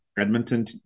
Edmonton